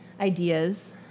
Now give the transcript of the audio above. ideas